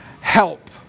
help